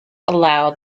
allow